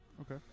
Okay